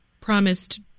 promised